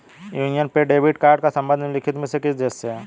Union pay debit card का संबंध निम्नलिखित में से किस देश से है?